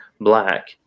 black